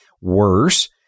worse